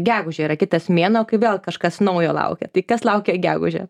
gegužė yra kitas mėnuo kai vėl kažkas naujo laukia tai kas laukia gegužę